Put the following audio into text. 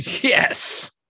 Yes